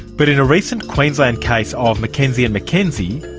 but in a recent queensland case of mckenzie and mckenzie,